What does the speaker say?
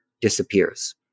disappears